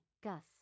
Gus